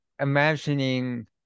imagining